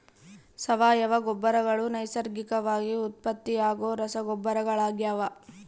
ಸಾವಯವ ಗೊಬ್ಬರಗಳು ನೈಸರ್ಗಿಕವಾಗಿ ಉತ್ಪತ್ತಿಯಾಗೋ ರಸಗೊಬ್ಬರಗಳಾಗ್ಯವ